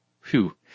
Phew